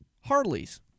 Harleys